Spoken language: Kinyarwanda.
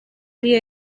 ariyo